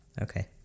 okay